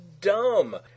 dumb